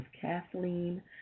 Kathleen